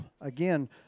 Again